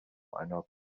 einer